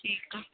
ठीकु आहे